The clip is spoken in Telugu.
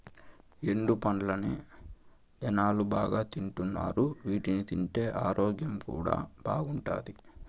ఎండు పండ్లనే జనాలు బాగా తింటున్నారు వీటిని తింటే ఆరోగ్యం కూడా బాగుంటాది